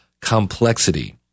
complexity